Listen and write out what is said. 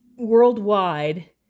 worldwide